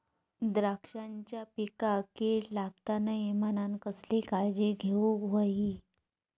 द्राक्षांच्या पिकांक कीड लागता नये म्हणान कसली काळजी घेऊक होई?